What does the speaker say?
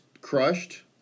crushed